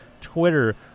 Twitter